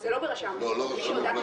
זה לא ברשם המפלגות.